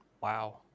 wow